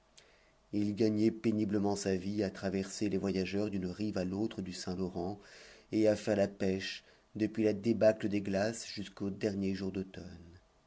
il gagnait péniblement sa vie à traverser les voyageurs d'une rive à l'autre du saint-laurent et à faire la pêche depuis la débâcle des glaces jusqu'aux derniers jours d'automne